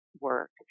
work